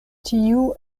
tio